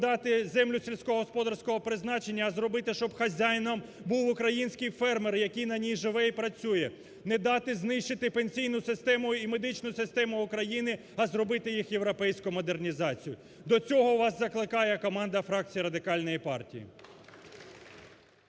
продати землі сільськогосподарського призначення, а зробити, щоб хазяїном був український фермер, який на ній живе і працює; не дати знищити пенсійну систему і медичну систему України, а зробити їх європейську модернізацію. До цього вас закликає команда фракції Радикальної партії.